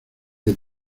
que